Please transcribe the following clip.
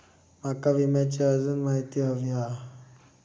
माका विम्याची आजून माहिती व्हयी हा?